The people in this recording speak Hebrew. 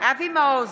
אבי מעוז,